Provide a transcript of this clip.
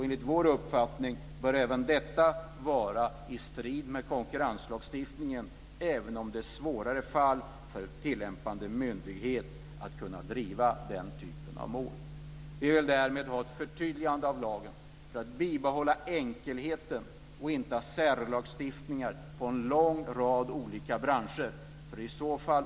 Enligt vår uppfattning bör även detta vara i strid med konkurrenslagstiftningen, även om det är svårare för tillämpande myndighet att kunna driva den typen av mål. Vi vill därmed ha en förtydligande av lagen för att bibehålla enkelheten och inte ha särlagstiftningar för en lång rad olika branscher.